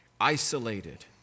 isolated